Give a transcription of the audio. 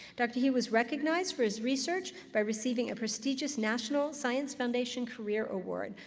dr. he was recognized for his research by receiving a prestigious national science foundation career award.